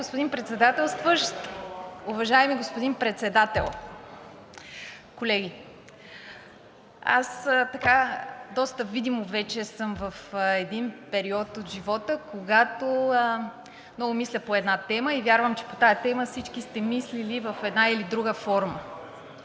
господин Председателстващ, уважаеми господин Председател, колеги! Аз доста видимо вече съм в един период от живота, когато много мисля по една тема и вярвам, че по тази тема всички сте мислили в една или друга форма,